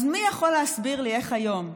אז מי יכול להסביר לי איך היום,